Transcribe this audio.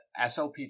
SLP